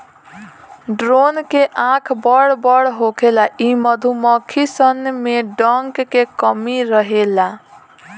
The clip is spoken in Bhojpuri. ड्रोन के आँख बड़ बड़ होखेला इ मधुमक्खी सन में डंक के कमी रहेला